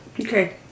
Okay